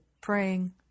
praying